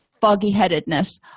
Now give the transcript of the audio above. foggy-headedness